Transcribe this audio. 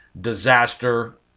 Disaster